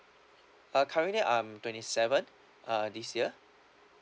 uh currently I'm twenty seven uh this year